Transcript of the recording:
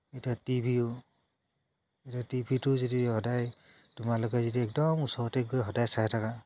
এতিয়া টিভিও এতিয়া টিভিটো যদি সদায় তোমালোকে যদি একদম ওচৰতে গৈ সদায় চাই থকা